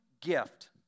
gift